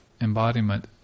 embodiment